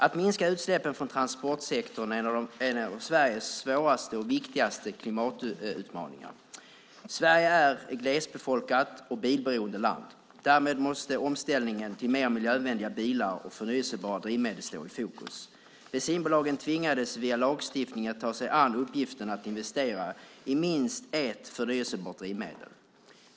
Att minska utsläppen från transportsektorn är en av Sveriges svåraste och viktigaste klimatutmaningar. Sverige är ett glesbefolkat och bilberoende land. Därmed måste omställningen till mer miljövänliga bilar och förnybara drivmedel stå i fokus. Bensinbolagen tvingades via lagstiftning att ta sig an uppgiften att investera i minst ett förnybart drivmedel.